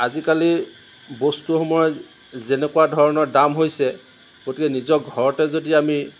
আজিকালিৰ বস্তুসমূহৰ যেনেকুৱা ধৰণৰ দাম হৈছে গতিকে নিজৰ ঘৰতে যদি আমি